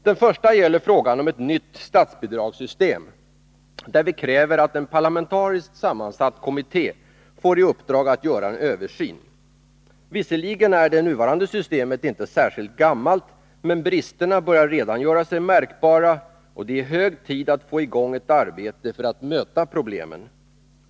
Den första reservationen gäller frågan om ett nytt statsbidragssystem, där vi kräver att en parlamentariskt sammansatt kommitté får i uppdrag att göra en översyn. Visserligen är det nuvarande systemet inte särskilt gammalt, men bristerna börjar redan göra sig märkbara, och det är hög tid att få i gång ett arbete för att möta problemen.